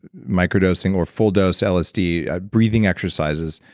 micro dosing or full dose lsd breathing exercises,